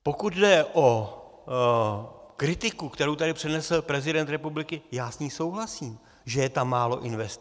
Pokud jde o kritiku, kterou tady přednesl prezident republiky, já s ní souhlasím, že je tam málo investic.